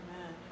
Amen